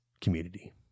Community